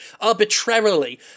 arbitrarily